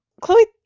Chloe